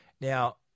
Now